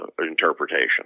interpretation